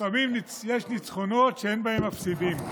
לפעמים יש ניצחונות שאין בהם מפסידים.